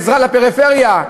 עזרה לפריפריה.